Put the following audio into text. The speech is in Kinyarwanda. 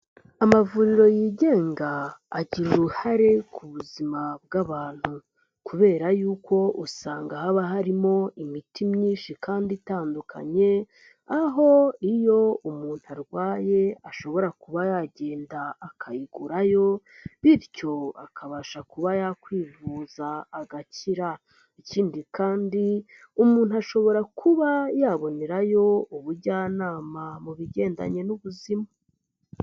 Amavuriro yigenga, agira uruhare ku buzima bw'abantu kubera yuko usanga haba harimo imiti myinshi kandi itandukanye, aho iyo umuntu arwaye, ashobora kuba yagenda akayigurayo bityo akabasha kuba yakwivuza, agakira. Ikindi kandi, umuntu ashobora kuba yabonerayo ubujyanama mu bigendanye n'ubuzima.